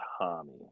Tommy